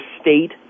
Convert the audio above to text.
state